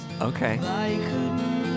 Okay